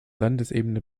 landesebene